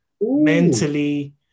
mentally